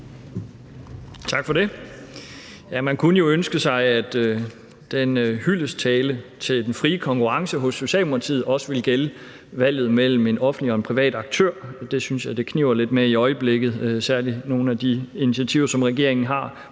Man kunne jo ønske sig, at den hyldesttale til den frie konkurrence hos Socialdemokratiet også ville gælde valget mellem en offentlig og en privat aktør. Det synes jeg at det kniber lidt med i øjeblikket. Det gælder især nogle af de initiativer, som regeringen har